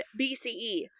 bce